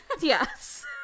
Yes